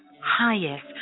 highest